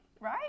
Right